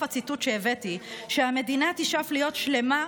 הציטוט שהבאתי שהמדינה תשאף להיות שלמה,